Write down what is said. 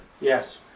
Yes